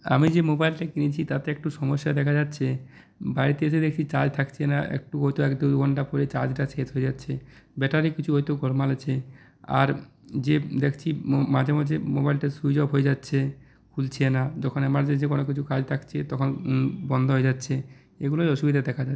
আমি যে মোবাইলটি কিনেছি তাতে একটু সমস্যা দেখা যাচ্ছে বাড়িতে এসে দেখছি চার্জ থাকছেনা একটু দু ঘন্টা পরে চার্জটা শেষ হয়ে যাচ্ছে ব্যাটারির কিছু হয়তো গোলমাল আছে আর যে দেখছি মাঝে মাঝে মোবাইলটা সুইচ অফ হয়ে যাচ্ছে খুলছে না যখন এমারজেন্সি কোনো কিছু কাজ থাকছে তখন বন্ধ হয়ে যাচ্ছে এগুলোই অসুবিধা দেখা যাচ্ছে